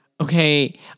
okay